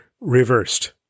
Reversed